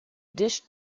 dished